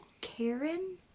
karen